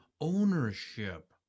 ownership